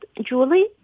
Julie